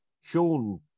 Sean